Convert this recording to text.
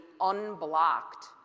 unblocked